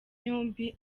yombi